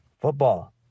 Football